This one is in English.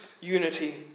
unity